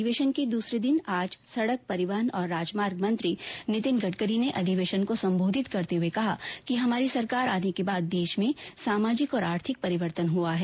अधिवेशन के दूसरे दिन आज सड़क परिवहन और राजमार्ग मंत्री नितिन गडकरी ने अधिवेशन को संबोधित करते हुए कहा कि हमारी सरकार आने के बाद देश में सामाजिक और आर्थिक परिवर्तन हुआ है